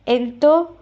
ఎంతో